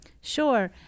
Sure